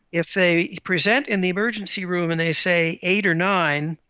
if they present in the emergency room and they say eight or nine,